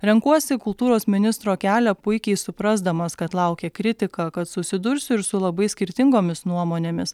renkuosi kultūros ministro kelią puikiai suprasdamas kad laukia kritika kad susidursiu ir su labai skirtingomis nuomonėmis